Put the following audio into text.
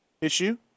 issue